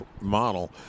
model